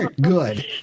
Good